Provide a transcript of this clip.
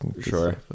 Sure